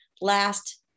last